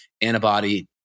antibody